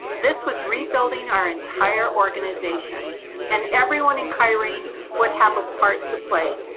this was rebuilding our entire organization and everyone in kyrene would have a part to play.